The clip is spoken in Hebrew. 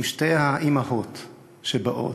עם שתי האימהות שבאות,